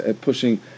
pushing